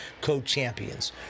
Co-Champions